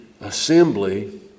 assembly